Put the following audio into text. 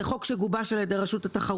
זה חוק שגובש על ידי רשות התחרות.